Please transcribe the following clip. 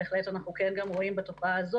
בהחלט אנחנו רואים גם בתופעה הזו,